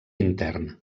intern